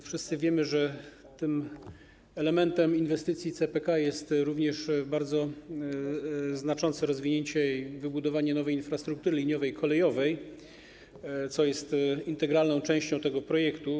Wszyscy wiemy, że elementem inwestycji CPK jest również bardzo znaczące rozwinięcie i wybudowanie nowej infrastruktury liniowej i kolejowej, co jest integralną częścią tego projektu.